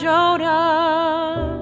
Jodah